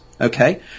Okay